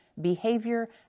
behavior